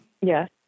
Yes